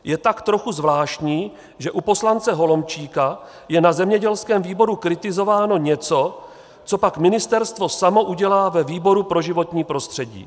Je tak trochu zvláštní, že u poslance Holomčíka je na zemědělském výboru kritizováno něco, co pak ministerstvo samo udělá ve výboru pro životní prostředí.